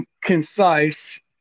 concise